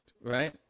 right